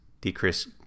decrease